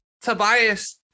Tobias